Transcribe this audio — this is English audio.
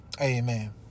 Amen